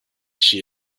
she